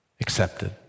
accepted